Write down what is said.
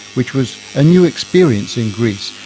which was a new experience in greece.